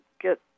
get